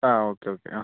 ആ okay okay ആ